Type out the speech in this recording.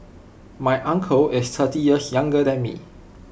my uncle is thirty years younger than me